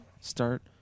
Start